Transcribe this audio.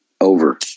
Over